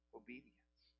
obedience